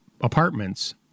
apartments